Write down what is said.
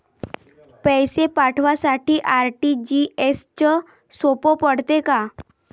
पैसे पाठवासाठी आर.टी.जी.एसचं सोप पडते का?